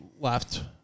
left